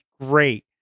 great